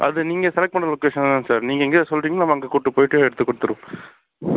அது நீங்கள் செலக்ட் பண்ணுற லொகேஷன் தான் சார் நீங்கள் எங்கே சொல்கிறீங்களோ நம்ம அங்கே கூட்டு போய்ட்டு எடுத்து கொடுத்துட்ருவோம்